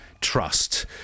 Trust